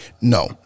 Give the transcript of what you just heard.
No